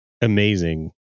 amazing